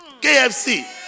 KFC